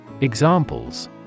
Examples